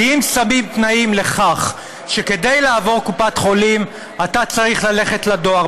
כי אם שמים תנאים לכך שכדי לעבור קופת חולים אתה צריך ללכת לדואר,